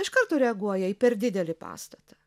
iš karto reaguoja į per didelį pastatą